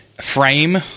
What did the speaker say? frame